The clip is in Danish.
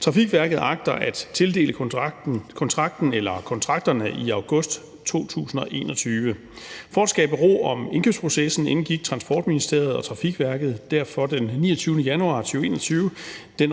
Trafikverket agter at tildele kontrakten eller kontrakterne i august 2021. For at skabe ro om indkøbsprocessen indgik Transportministeriet og Trafikverket derfor den 29. januar 2021 den